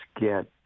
get